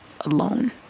alone